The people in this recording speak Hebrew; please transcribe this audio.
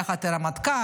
יחד עם הרמטכ"ל,